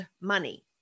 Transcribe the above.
money